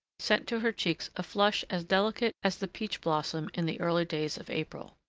sent to her cheeks a flush as delicate as the peach-blossom in the early days of april.